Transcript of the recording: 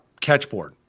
catchboard